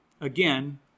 again